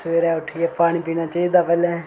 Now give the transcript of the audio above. सबेरे उट्ठियै पानी पीना चाही दा पैहलें